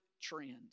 trend